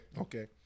okay